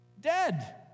dead